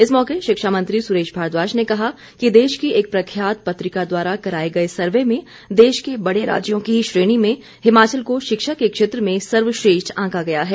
इस मौके शिक्षा मंत्री सुरेश भारद्वाज ने कहा कि देश की एक प्रख्यात पत्रिका द्वारा कराए गए सर्वे में देश के बड़े राज्यों की श्रेणी में हिमाचल को शिक्षा के क्षेत्र में सर्वश्रेष्ठ आंका गया है